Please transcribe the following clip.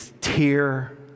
tear